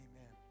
Amen